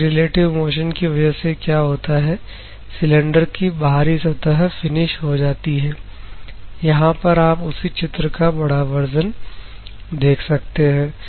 इस relative motion की वजह से क्या होता है सिलेंडर की बाहरी सतह फिनिश हो जाती है यहां पर आप उसी चित्र का बड़ा वर्जन देख सकते हैं